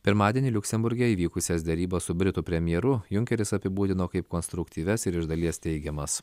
pirmadienį liuksemburge įvykusias derybas su britų premjeru junkeris apibūdino kaip konstruktyvias ir iš dalies teigiamas